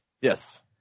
Yes